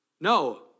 No